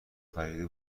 خریده